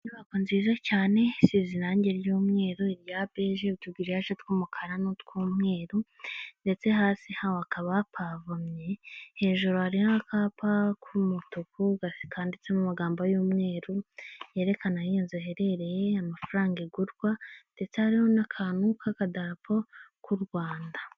Inyubako nziza cyane isize irangi ry'umweru rya beji, utugiriyaje tw'umukara n'utw'umweru ndetse hasi hakaba hapavomye, hejuru hariho akapa k'umutuku kanditsemo amagambo y'umweru herekana iyo nzu iherereye, amafaranga igurwa ndetse hari n'akantu k'akadarapo k'u Rwanda.